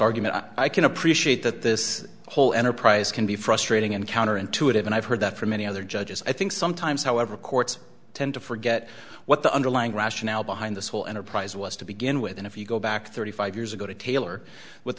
argument i can appreciate that this whole enterprise can be frustrating and counterintuitive and i've heard that from many other judges i think sometimes however courts tend to forget what the underlying rationale behind this whole enterprise was to begin with and if you go back thirty five years ago to tailor w